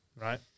right